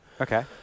Okay